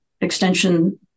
extension